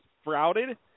sprouted